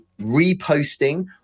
reposting